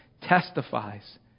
testifies